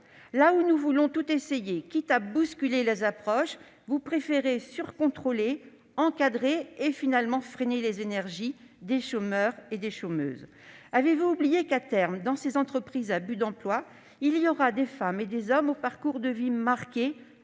Là où nous voulons tout essayer, quitte à bousculer les approches, vous préférez, mes chers collègues, surcontrôler, encadrer et, finalement, freiner les énergies des chômeurs et des chômeuses. Avez-vous oublié que, à terme, dans ces entreprises à but d'emploi, il y aura des femmes et des hommes aux parcours de vie marqués,